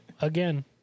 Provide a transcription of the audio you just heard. again